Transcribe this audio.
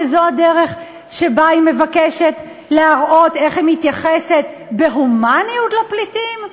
כשזו הדרך שבה היא מבקשת להראות איך היא מתייחסת בהומניות לפליטים?